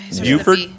Buford